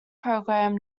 program